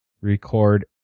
record